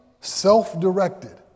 self-directed